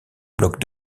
bloc